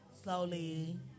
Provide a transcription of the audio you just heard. Slowly